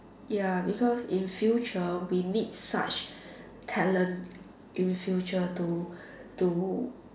ya because in future we need such talent in future to to